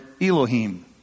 Elohim